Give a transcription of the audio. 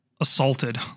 assaulted